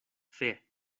fer